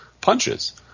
punches